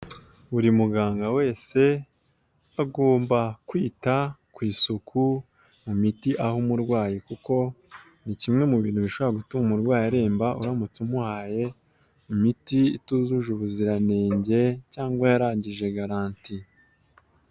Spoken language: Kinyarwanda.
Buri muganga wese agomba kwita ku isuku mu miti aha umurwayi, kuko ni kimwe mu bintu bishobora gutuma umurwayi aremba uramutse umuhaye imiti itujuje ubuziranenge cyangwa yarangije garanti.